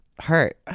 hurt